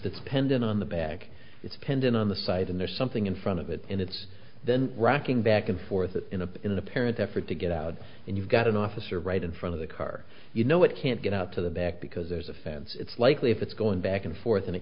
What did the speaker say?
the tendon on the back it's a tendon on the side and there's something in front of it and it's then rocking back and forth in a in an apparent effort to get out and you've got an officer right in front of the car you know it can't get out to the back because there's a fence it's likely if it's going back and forth and it